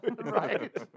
Right